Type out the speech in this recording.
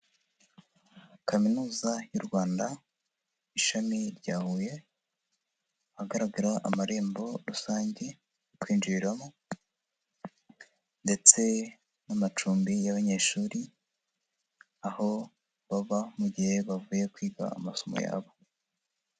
Kaminuza y'u Rwanda, ishami rya Huye, hagaragara amarembo rusange kwinjiriramo, ndetse n'amacumbi y'abanyeshuri, aho baba mu gihe bavuye kwiga amasomo yabo.